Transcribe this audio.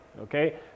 okay